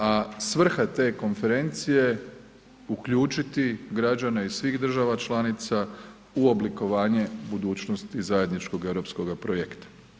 A svrha te konferencije je uključiti građane iz svih država članica u oblikovanje budućnosti i zajedničkog europskog projekta.